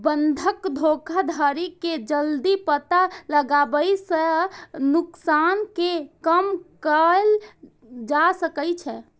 बंधक धोखाधड़ी के जल्दी पता लगाबै सं नुकसान कें कम कैल जा सकै छै